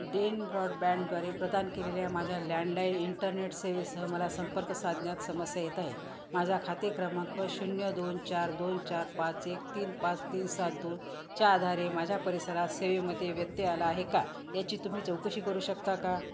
Den ब्रॉडबँडद्वारे प्रदान केलेल्या माझ्या लँडलाईन इंटरनेट सेवेसह मला संपर्क साधण्यात समस्या येत आहे माझा खाते क्रमांक शून्य दोन चार दोन चार पाच एक तीन पाच तीन सात दोन च्या आधारे माझ्या परिसरात सेवेमध्ये व्यत्यय आला आहे का याची तुम्ही चौकशी करू शकता का